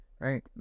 right